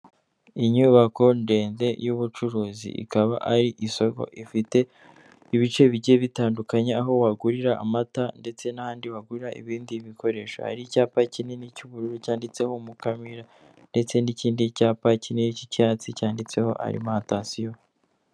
Inyubako ndende y'ubucuruzi ikaba ari isoko ifite ibice bijye bitandukanye aho wagurira amata ndetse n'handi wagura ibindi bikoresho hari icyapa kinini cy'ubururu cyanditseho mukamira ndetse n'ikindi cyapa kinini cy'icyatsi cyanditseho arimantasiyo.